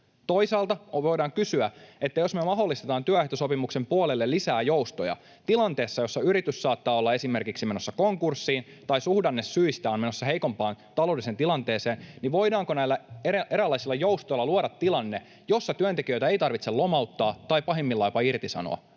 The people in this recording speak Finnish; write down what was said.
Toisaalta voidaan kysyä: jos me mahdollistetaan työehtosopimuksen puolelle lisää joustoja tilanteessa, jossa yritys saattaa olla esimerkiksi menossa konkurssiin tai suhdannesyistä on menossa heikompaan taloudelliseen tilanteeseen, niin voidaanko näillä eräänlaisilla joustoilla luoda tilanne, jossa työntekijöitä ei tarvitse lomauttaa tai pahimmillaan jopa irtisanoa?